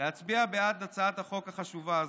להצביע בעד הצעת החוק החשובה הזאת,